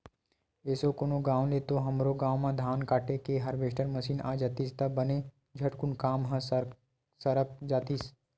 एसो कोन गाँव ले तो हमरो गाँव म धान काटे के हारवेस्टर मसीन आ जातिस त बने झटकुन काम ह सरक जातिस